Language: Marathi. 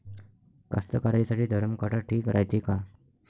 कास्तकाराइसाठी धरम काटा ठीक रायते का?